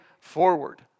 forward